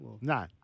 No